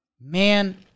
Man